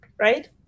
right